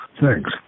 Thanks